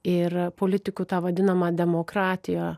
ir politikų ta vadinama demokratija